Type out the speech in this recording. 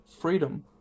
freedom